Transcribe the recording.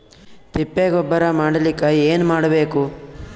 ತಿಪ್ಪೆ ಗೊಬ್ಬರ ಮಾಡಲಿಕ ಏನ್ ಮಾಡಬೇಕು?